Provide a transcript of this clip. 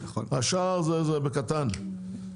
כל השאר זה בקטן.